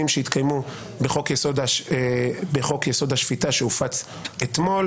שיתקיימו בחוק יסוד: השפיטה שהנוסח שלו הופץ אתמול